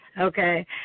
Okay